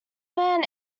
man